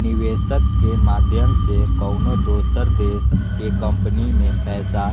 निवेशक के माध्यम से कउनो दोसर देश के कम्पनी मे पैसा